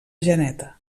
geneta